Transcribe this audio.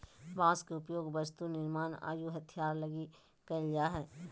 बांस के उपयोग वस्तु निर्मान आऊ हथियार लगी कईल जा हइ